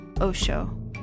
Osho